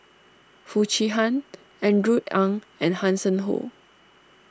Foo Chee Han Andrew Ang and Hanson Ho